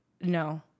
no